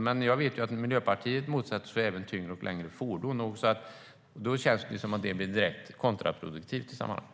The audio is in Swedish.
Men jag vet att Miljöpartiet även motsätter sig längre och tyngre fordon. Det känns direkt kontraproduktivt i sammanhanget.